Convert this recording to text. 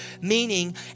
Meaning